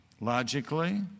logically